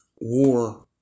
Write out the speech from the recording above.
War